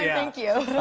yeah thank you.